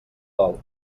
dol